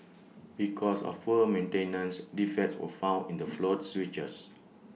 because of poor maintenance defects were found in the float switches